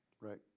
Right